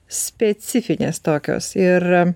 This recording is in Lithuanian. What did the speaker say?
specifinės tokios ir